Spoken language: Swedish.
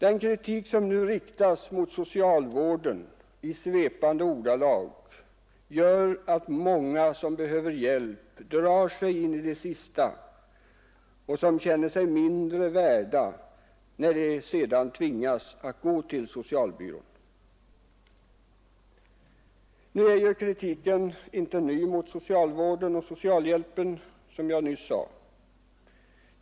Den kritik som nu riktas mot socialvården i svepande ordalag gör att många som behöver hjälp drar sig in i det sista för att begära sådan och känner sig mindre värda när de sedan tvingas att gå till socialbyrån. Nu är ju kritiken mot socialvården och socialhjälpen inte ny, som jag nyss sade.